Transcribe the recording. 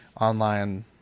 online